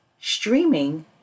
streaming